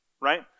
right